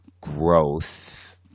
Growth